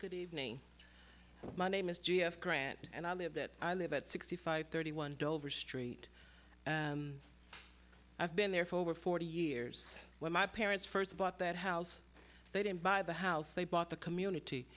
good evening my name is j f grant and i live that i live at sixty five thirty one dollar saint i've been there for over forty years when my parents first bought that house they didn't buy the house they bought the community